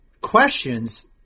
questions